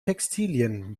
textilien